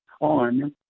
on